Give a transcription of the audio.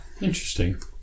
Interesting